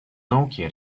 nokia